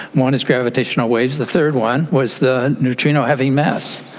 one is gravitational waves. the third one was the neutrino having mass,